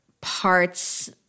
parts